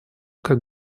как